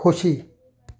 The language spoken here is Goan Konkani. खोशी